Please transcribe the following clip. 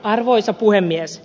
arvoisa puhemies